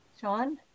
Sean